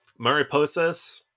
Mariposas